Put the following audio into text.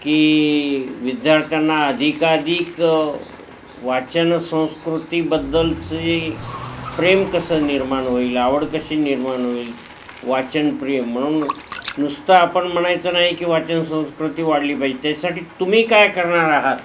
की विद्यार्थ्यांना अधिकाधिक वाचन संस्कृतीबद्दलचे प्रेम कसं निर्माण होईल आवड कशी निर्माण होईल वाचनप्रेम म्हणून नुसता आपण म्हणायचं नाही की वाचनसंस्कृती वाढली पाहिजे त्यासाठी तुम्ही काय करणार आहात